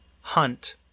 hunt